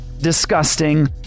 disgusting